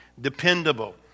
dependable